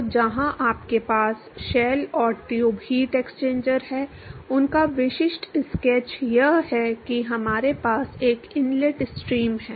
तो जहां आपके पास शेल और ट्यूब हीट एक्सचेंजर है उसका विशिष्ट स्केच यह है कि हमारे पास एक इनलेट स्ट्रीम है